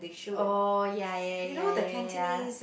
oh ya ya ya ya ya